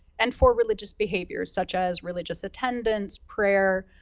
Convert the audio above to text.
and for religious behavior, such as religious attendance, prayer,